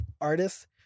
artists